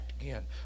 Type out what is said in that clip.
again